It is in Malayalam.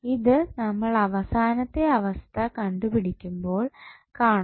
ഇത് നമ്മൾ അവസാനത്തെ അവസ്ഥ കണ്ടുപിടിക്കുമ്പോൾ കാണാം